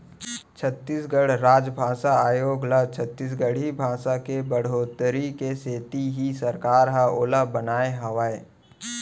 छत्तीसगढ़ राजभासा आयोग ल छत्तीसगढ़ी भासा के बड़होत्तरी के सेती ही सरकार ह ओला बनाए हावय